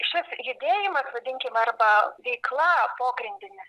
šis judėjimas vadinkim arba veikla pogrindinė